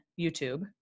YouTube